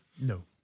no